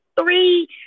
three